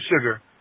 sugar